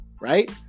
right